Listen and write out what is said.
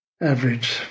average